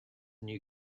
new